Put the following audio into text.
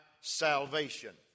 salvation